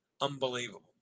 Unbelievable